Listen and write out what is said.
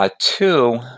Two